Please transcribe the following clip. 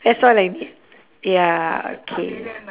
that's all I need ya okay